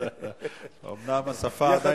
אני יכול לדבר